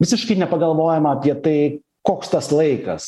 visiškai nepagalvojama apie tai koks tas laikas